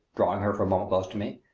drawing her for a moment close to me,